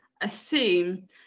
assume